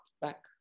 back